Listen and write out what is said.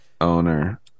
Owner